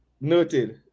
noted